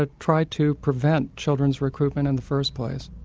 ah try to prevent children's recruitment in the first place.